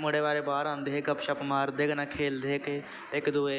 मुड़े मड़े बाह्र आंदे हे गपशप मारदे कन्नै खेलदे हे इक दुए